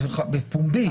בפומבי.